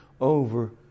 over